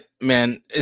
man